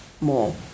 More